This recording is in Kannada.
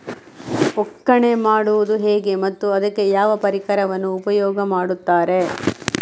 ಒಕ್ಕಣೆ ಮಾಡುವುದು ಹೇಗೆ ಮತ್ತು ಅದಕ್ಕೆ ಯಾವ ಪರಿಕರವನ್ನು ಉಪಯೋಗ ಮಾಡುತ್ತಾರೆ?